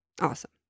Awesome